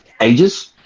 ages